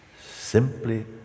Simply